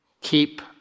keep